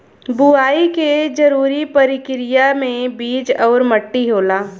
बुवाई के जरूरी परकिरिया में बीज आउर मट्टी होला